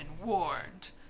warned